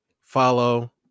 follow